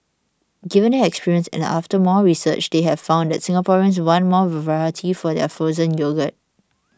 given their experience and after more research they have found that Singaporeans want more variety for their frozen yogurt